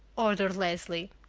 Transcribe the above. ordered leslie.